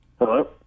Hello